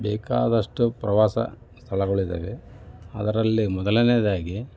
ಬೇಕಾದಷ್ಟು ಪ್ರವಾಸ ಸ್ಥಳಗಳಿದ್ದಾವೆ ಅದರಲ್ಲಿ ಮೊದಲನೇದಾಗಿ